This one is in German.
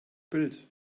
bild